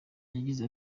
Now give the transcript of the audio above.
yagize